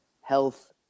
health